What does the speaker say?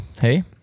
Hey